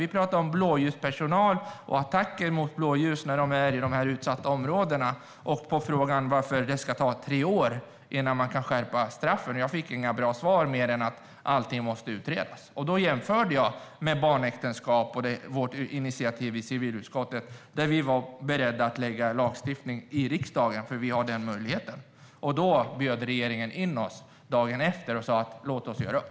Vi talade om blåljuspersonal och attacker mot dem i de utsatta områdena. Frågan var varför det ska behöva ta tre år innan man kan skärpa straffen. Jag fick inga bra svar, annat än att allting måste utredas. Då jämförde jag med frågan om barnäktenskap och vårt initiativ i civilutskottet, där vi var beredda att lägga fram lagstiftning i riksdagen, för vi har den möjligheten. Dagen efter bjöd regeringen in oss och sa: Låt oss göra upp!